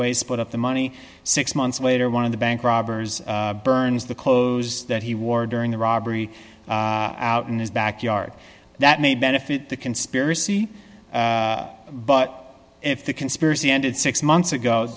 ways put up the money six months later one of the bank robbers burns the clothes that he wore during the robbery out in his backyard that may benefit the conspiracy but if the conspiracy ended six months ago